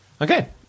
Okay